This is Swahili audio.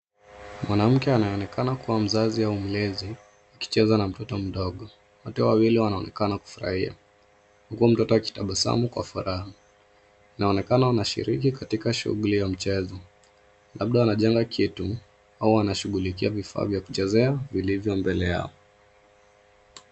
Mwanamke anayeonekana kuwa mzazi au mlezi akicheza na mtoto mdogo wote wawili wanaonekana kufurahia, huku mtoto akitabasamu kwa furaha. Inaonekana wanashiriki katika shughuli ya mchezo labda wanajenga kitu au wanashughulika vifaa vya kuchezea vilivyo mbele yao.